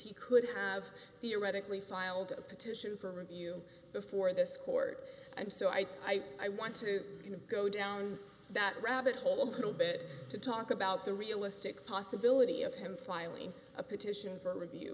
he could have theoretically filed a petition for review before this court and so i i i want to kind of go down that rabbit hole a little bit to talk about the realistic possibility of him filing a petition for review